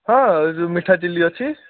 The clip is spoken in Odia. ହଁ ମିଠା ଝିଲି ଅଛି